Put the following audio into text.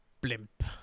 blimp